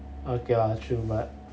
okay lah true but